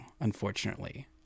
unfortunately